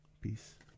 Peace